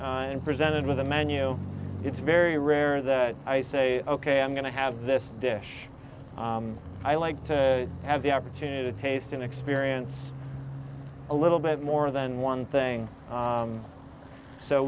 and presented with a menu it's very rare that i say ok i'm going to have this dish i like to have the opportunity to taste and experience a little bit more than one thing